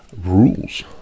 rules